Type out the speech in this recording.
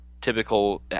typical